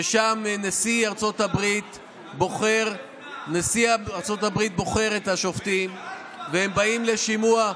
ששם נשיא ארצות הברית בוחר את השופטים והם באים לשימוע,